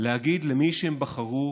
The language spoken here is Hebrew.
להגיד למי שהם בחרו